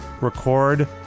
record